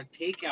takeout